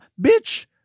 Bitch